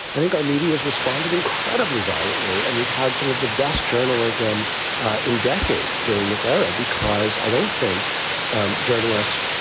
i think our media has responded incredibly valiantly and we've had some of the best journalism in decades during this era because i don't think journalists,